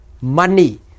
money